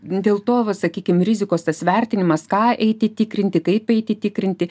dėl to vat sakykim rizikos tas vertinimas ką eiti tikrinti kaip eiti tikrinti